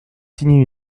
signer